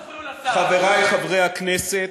אלי בא אבו יונס לבקש עזרה,